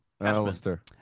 Alistair